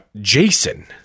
Jason